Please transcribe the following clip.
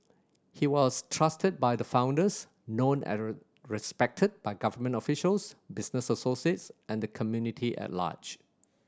he was trusted by the founders known and respected by government officials business associates and community at large